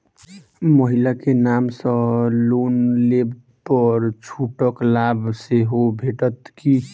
महिला केँ नाम सँ लोन लेबऽ पर छुटक लाभ सेहो भेटत की?